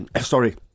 Sorry